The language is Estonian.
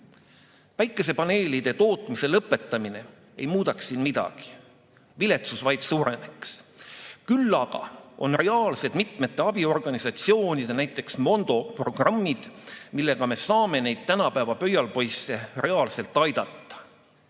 Päikesepaneelide tootmise lõpetamine ei muudaks siin midagi, viletsus vaid suureneks. Küll aga on reaalsed mitmete abiorganisatsioonide, näiteks Mondo programmid, millega me saame neid tänapäeva pöialpoisse reaalselt aidata.